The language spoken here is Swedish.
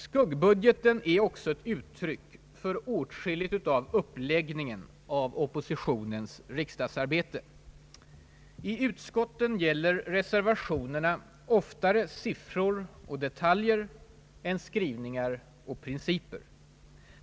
Skuggbudgeten är också ett uttryck för åtskilligt annat av uppläggningen av oppositionens riksdagsarbete. I utskotten gäller reservationerna oftare siffror och detaljer än skrivningar och principer.